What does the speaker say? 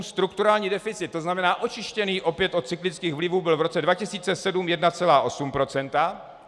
Strukturální deficit, to znamená očištěný opět od cyklických vlivů, byl v roce 2007 1,8 %.